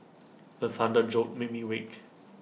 the thunder jolt me awake